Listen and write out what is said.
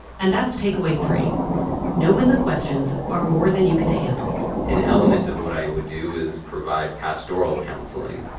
and that's takeaway three know when the questions are more than you can handle an element of what i would do is provide pastoral counselling.